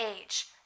age